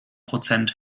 prozent